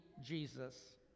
Jesus